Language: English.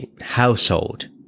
household